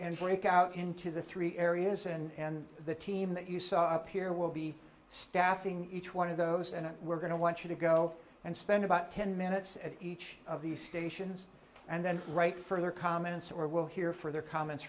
and break out into the three areas and the team that you saw up here will be staffing each one of those and we're going to want you to go and spend about ten minutes at each of these stations and then write further comments or we'll hear further comments